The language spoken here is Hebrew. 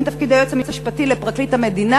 תפקידי היועץ המשפטי ופרקליט המדינה?